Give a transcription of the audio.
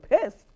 pissed